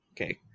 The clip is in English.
Okay